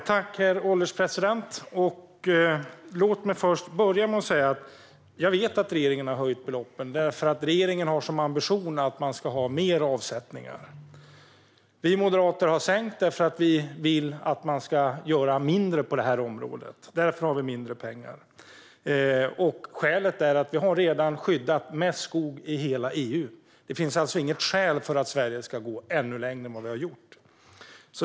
Herr ålderspresident! Låt mig börja med att säga att jag vet att regeringen har höjt beloppen, för regeringen har som ambition att ha mer avsättningar. Vi moderater har sänkt därför att vi vill att man ska göra mindre på det här området, och därför har vi mindre pengar till det. Skälet är att vi redan har skyddat mest skog i hela EU. Det finns alltså inget skäl till att Sverige ska gå ännu längre än vad vi har gjort.